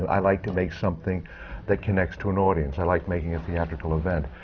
i like to make something that connects to an audience. i like making a theatrical event.